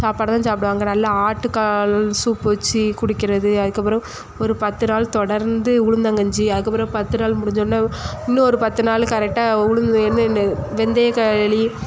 சாப்பாடை தான் சாப்பிடுவாங்க நல்ல ஆட்டுக்கால் சூப்பு வச்சு குடிக்கிறது அதுக்கப்புறம் ஒரு பத்து நாள் தொடர்ந்து உளுந்தங்கஞ்சி அதுக்கப்புறம் பத்து நாள் முடிஞ்சவொன்னே இன்னொரு பத்து நாள் கரெக்டாக உளுந்து என்னென்ன வெந்தயக்களி